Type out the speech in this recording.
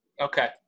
Okay